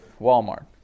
Walmart